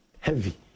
Heavy